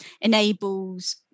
enables